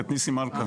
ניסים מלכה.